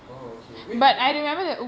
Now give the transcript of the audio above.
orh okay wait what what